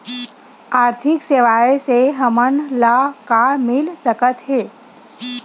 आर्थिक सेवाएं से हमन ला का मिल सकत हे?